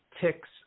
ticks